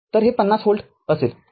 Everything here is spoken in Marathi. तरहे ५० व्होल्ट असेल